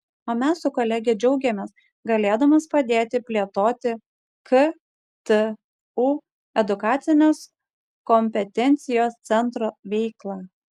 o mes su kolege džiaugiamės galėdamos padėti plėtoti ktu edukacinės kompetencijos centro veiklą